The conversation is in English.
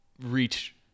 reach